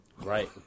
Right